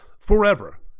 forever